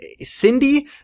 cindy